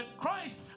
Christ